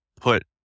put